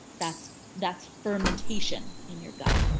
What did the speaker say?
that's that's fermentation in your gut.